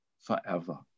forever